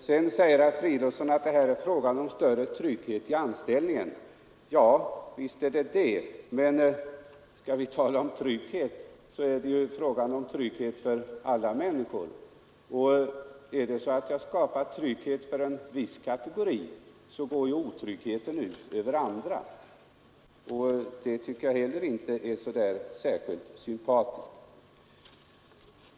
Herr Fridolfsson i Rödeby säger att det är fråga om större trygghet i anställningen. Ja, visst är det fråga om det. Men skall vi tala om trygghet är det ju fråga om trygghet för alla människor, och skapar jag trygghet för en viss kategori går otryggheten ut över andra. Det tycker jag heller inte är så särskilt sympatiskt.